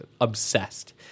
obsessed